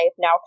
now